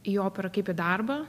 į operą kaip į darbą